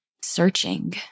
searching